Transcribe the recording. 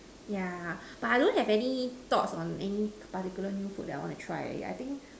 yeah but I don't have any thoughts on any particular new food that I want to try I think